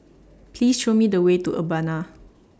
Please Show Me The Way to Urbana